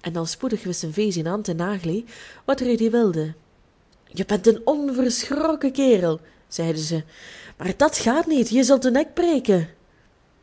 en al spoedig wisten vesinand en nagli wat rudy wilde je bent een onverschrokken kerel zeiden zij maar dat gaat niet je zult den nek breken